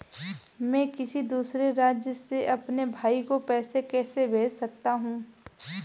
मैं किसी दूसरे राज्य से अपने भाई को पैसे कैसे भेज सकता हूं?